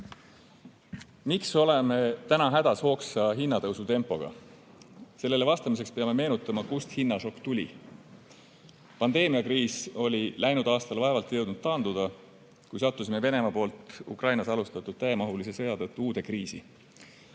oleme täna hädas hoogsa hinnatõusu tempoga? Sellele vastamiseks peame meenutama, kust hinnašokk tuli. Pandeemiakriis oli läinud aastal vaevalt jõudnud taanduda, kui sattusime Venemaa poolt Ukrainas alustatud täiemahulise sõja tõttu uude kriisi.